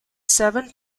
seven